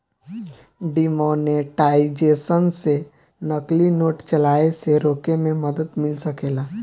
demonetisation से नकली note चलाए से रोके में मदद मिल सकेला